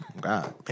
God